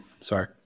Sorry